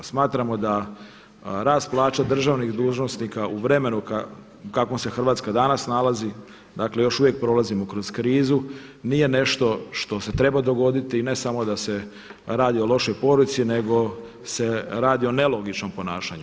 Smatramo da rast plaća državnih dužnosnika u vremenu u kakvom se Hrvatska danas nalazi dakle još uvijek prolazimo kroz krizu nije nešto što se treba dogoditi i ne samo da se radi o lošoj poruci nego se radi o nelogičnom ponašanju.